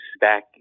back